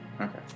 Okay